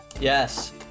Yes